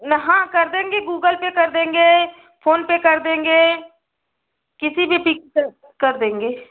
ना हाँ कर देंगे गूगल पे कर देंगे फोनपे कर देंगे किसी भी पी से कर देंगे